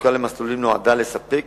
החלוקה למסלולים נועדה לספק